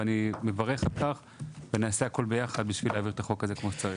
ואני מברך על כך ונעשה הכול ביחד בשביל להעביר את החוק הזה כמו שצריך.